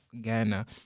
Ghana